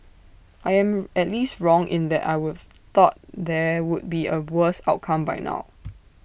I am at least wrong in that I would've thought there would be A worse outcome by now